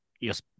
yes